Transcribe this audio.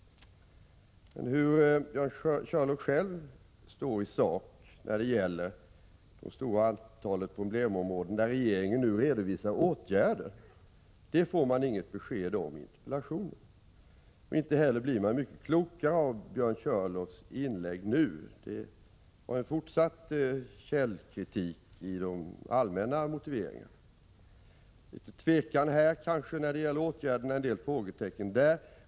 Var Björn Körlof själv står i sak när det gäller det stora antalet problemområden, där regeringen nu redovisar åtgärder, får man inget besked om i interpellationen. Inte heller blir man mycket klokare av Björn Körlofs inlägg nu. Det var en fortsatt källkritik i de allmänna motiveringarna, litet tvekan här när det gäller åtgärderna och några frågetecken där!